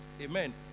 Amen